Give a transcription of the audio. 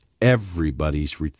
everybody's